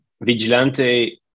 vigilante